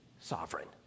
sovereign